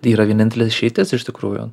yra vienintelė išeitis iš tikrųjų